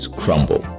crumble